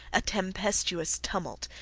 a tempestuous tumult,